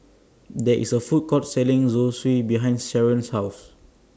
There IS A Food Court Selling Zosui behind Sheron's House